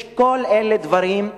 כל אלה דברים,